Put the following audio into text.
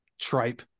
tripe